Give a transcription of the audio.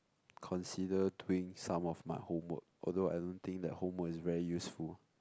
consider doing some of my homework although I don't think that homework is very useful